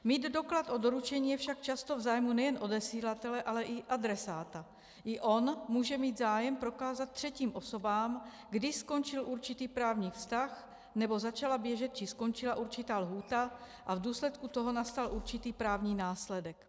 Mít doklad o doručení je však často v zájmu nejen odesilatele, ale i adresáta, i on může mít zájem prokázat třetím osobám, kdy skončil určitý právní vztah nebo začala běžet či skončila určitá lhůta a v důsledku toho nastal určitý právní následek.